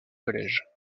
collèges